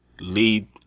lead